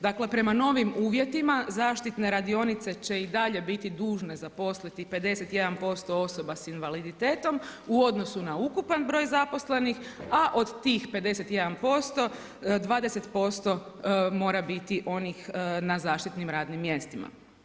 Dakle prema novim uvjetima zaštitne radionice će i dalje biti dužne zaposliti 51% osoba sa invaliditetom u odnosu na ukupan broj zaposlenih a od tih 51% 20% mora biti onih na zaštitnim radnim mjestima.